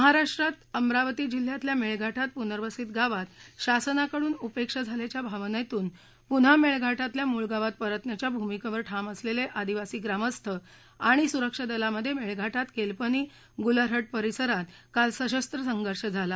महाराष्ट्रात अमरावती जिल्ह्यातल्या मेळघाटात पुनर्वसित गावात शासनाकडून उपेक्षा झाल्याच्या भावनेतून पुन्हा मेळघाटातल्या मूळ गावात परतण्याच्या भूमिकेवर ठाम असलेले आदिवासी ग्रामस्थ आणि सुरक्षा दलामध्ये मेळघाटात केलपनी गुलरघट परिसरात काल सशस्त्र सर्घर्डे झाला